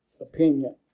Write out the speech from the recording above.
opinion